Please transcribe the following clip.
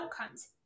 outcomes